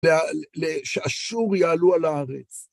שאשור יעלו על הארץ.